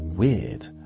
weird